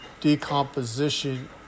decomposition